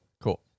cool